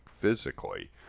physically